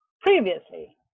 Previously